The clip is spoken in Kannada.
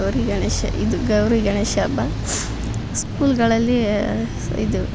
ಗೌರಿ ಗಣೇಶ ಇದು ಗೌರಿ ಗಣೇಶ ಹಬ್ಬ ಸ್ಕೂಲ್ಗಳಲ್ಲಿ ಇದು